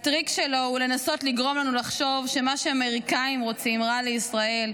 הטריק שלו הוא לנסות לגרום לנו לחשוב שמה שהאמריקנים רוצים רע לישראל,